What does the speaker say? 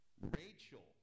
Rachel